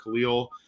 Khalil